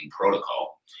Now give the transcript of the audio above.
protocol